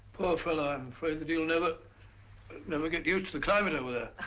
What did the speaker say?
fellow i'm afraid that he'll never never get used to the climate over there.